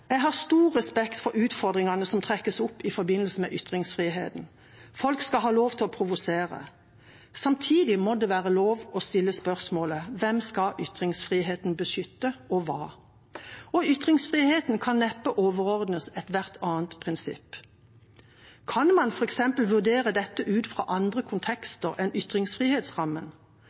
Jeg har stor respekt for utfordringene som trekkes opp i forbindelse med ytringsfriheten. Folk skal ha lov til å provosere. Samtidig må det være lov å stille spørsmålet: Hvem skal ytringsfriheten beskytte, og hva? Og ytringsfriheten kan neppe overordnes ethvert annet prinsipp. Kan man f.eks. vurdere dette ut fra andre kontekster enn ytringsfrihetsrammen?